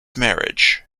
marriage